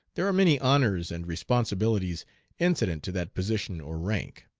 there are many honors and responsibilities incident to that position or rank.